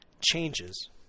changes